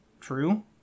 True